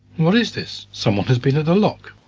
what is this? someone has been at the lock.